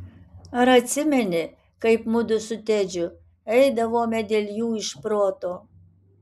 ar atsimeni kaip mudu su tedžiu eidavome dėl jų iš proto